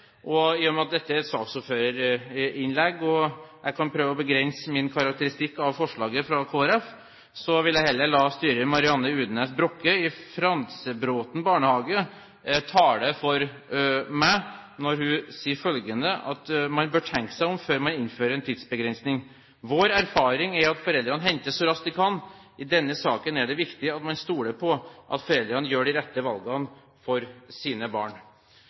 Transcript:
I og med at dette er et saksordførerinnlegg, vil jeg prøve å begrense min karakteristikk av forslaget fra Kristelig Folkeparti. Jeg vil heller la styrer Marianne Udnæs Brokke i Frantsebråten barnehage tale for meg. Hun sier at hun synes man bør tenke seg om før man innfører en tidsbegrensning, og uttaler følgende: «Vår erfaring er at foreldrene henter så raskt de kan. I denne saken er det viktig at man stoler på at foreldrene gjør de rette valgene for sine barn.»